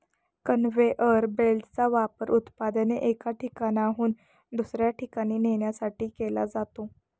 conveyor बेल्टचा वापर उत्पादने एका ठिकाणाहून दुसऱ्या ठिकाणी नेण्यासाठी केला जातो